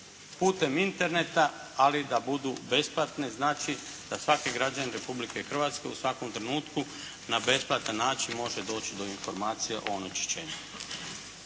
putem interneta, ali da budu besplatne. Znači, da svaki građanin Republike Hrvatske u svakom trenutku na besplatan način može doći do informacija o onečišćenju.